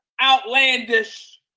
outlandish